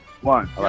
one